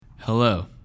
Hello